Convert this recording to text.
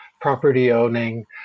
property-owning